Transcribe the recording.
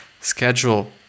schedule